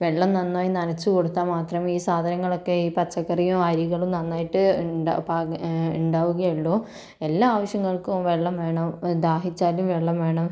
വെള്ളം നന്നായി നനച്ചു കൊടുത്താൽ മാത്രമേ ഈ സാധനങ്ങളൊക്കെ ഈ പച്ചക്കറിയും അരികളും നന്നായിട്ട് ഉണ്ടാ പാ ഉണ്ടാകുകയുള്ളൂ എല്ലാ ആവശ്യങ്ങൾക്കും വെള്ളം വേണം ദാഹിച്ചാലും വെള്ളം വേണം